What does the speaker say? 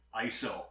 iso